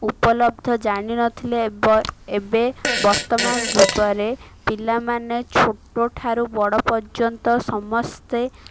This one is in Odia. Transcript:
ଉପଲବ୍ଧ ଜାଣିନଥିଲେ ଏବେ ବର୍ତ୍ତମାନ ଯୁଗରେ ପିଲାମାନେ ଛୋଟ ଠାରୁ ବଡ଼ ପର୍ଯ୍ୟନ୍ତ ସମସ୍ତେ